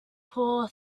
poor